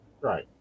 Right